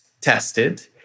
tested